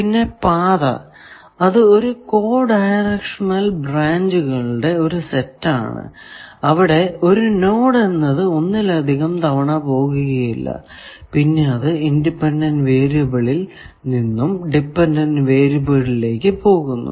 പിന്നെ പാത അത് ഒരു കോ ഡയറക്ഷണൽ ബ്രാഞ്ചുകളുടെ ഒരു സെറ്റ് ആണ് അവിടെ ഒരു നോഡ് എന്നത് ഒന്നിലധികം തവണ പോകുകയില്ല പിന്നെ അത് ഇൻഡിപെൻഡന്റ് വേരിയബിളിൽ നിന്നും ഡിപെൻഡന്റ് വേരിയബിളിലേക്കു പോകുന്നു